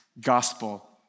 gospel